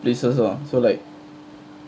places lah so like